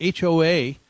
HOA